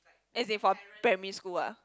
as in for primary school ah